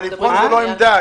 לבחון זו לא עמדה.